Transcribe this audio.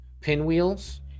pinwheels